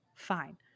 Fine